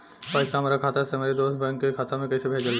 पैसा हमरा खाता से हमारे दोसर बैंक के खाता मे कैसे भेजल जायी?